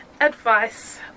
advice